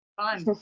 Fun